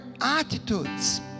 attitudes